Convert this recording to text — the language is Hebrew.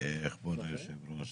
כבוד היושב-ראש,